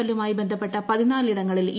എല്ലുമായി ബസ്ഖപ്പട്ട പതിനാലിടങ്ങളിൽ ഇ